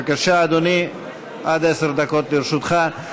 בבקשה, אדוני, עד עשר דקות לרשותך.